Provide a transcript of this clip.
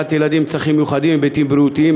להסעת ילדים עם צרכים מיוחדים היבטים בריאותיים,